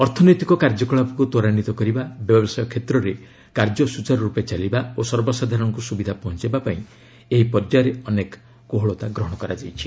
ଅର୍ଥନୈତିକ କାର୍ଯ୍ୟକଳାପକୁ ତ୍ୱରାନ୍ଧିତ କରିବା ବ୍ୟବସାୟ କ୍ଷେତ୍ରରେ କାର୍ଯ୍ୟ ସ୍ୱଚାରୁରୂପେ ଚାଲିବା ଓ ସର୍ବସାଧାରଣଙ୍କୁ ସୁବିଧା ପହଞ୍ଚାଇବା ପାଇଁ ଏହି ପର୍ଯ୍ୟାୟରେ ଅନେକ କୋହଳତା ଗ୍ରହଣ କରାଯାଇଛି